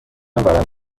ورم